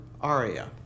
aria